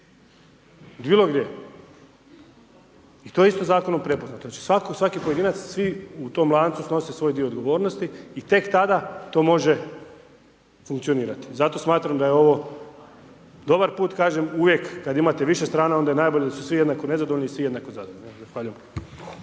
Bilogdje. I to je isto zakonom prepoznato. Znači, svaki pojedinac, svi u tom lancu snose svoj dio odgovornosti, i tek tada to može funkcionirati. Zato smatram da je ovo dobar put, kažem uvijek, kad imate više strana onda je najbolje da su svi jednako nezadovoljni i svi jednako zadovoljni.